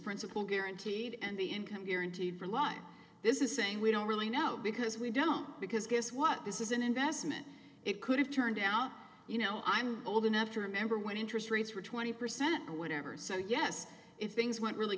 principle guaranteed and the income guaranteed for life this is saying we don't really know because we don't because guess what this is an investment it could have turned out you know i'm old enough to remember when interest rates were twenty percent or whatever so yes if things went really